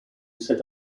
set